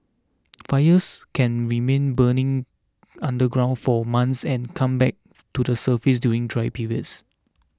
fires can remain burning underground for months and come back up to the surface during dry periods